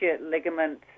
ligament